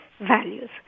values